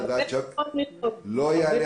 שבועיים, הבנתי.